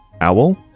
Owl